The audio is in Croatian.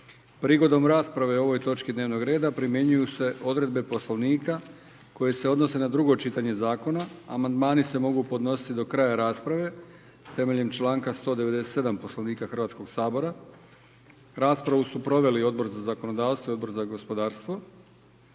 Prigodom rasprave o ovoj točci dnevnoga reda primjenjuju se odredbe Poslovnika koje se odnose na drugo čitanje zakona Amandmani se mogu podnositi do kraja rasprave sukladno članku 197. Poslovnika. Raspravu su proveli Odbor za zakonodavstvo i Odbor za unutarnju